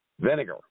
vinegar